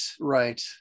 right